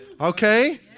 Okay